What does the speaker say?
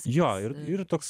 jo ir ir toks